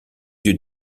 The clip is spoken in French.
yeux